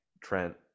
trent